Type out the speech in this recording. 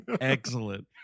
Excellent